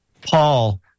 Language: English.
Paul